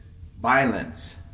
violence